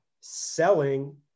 selling